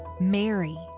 Mary